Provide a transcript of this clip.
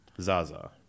Zaza